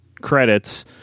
credits